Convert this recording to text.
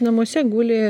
namuose guli